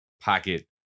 pocket